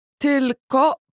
tylko